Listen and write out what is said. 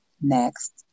next